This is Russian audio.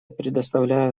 предоставляю